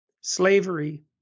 slavery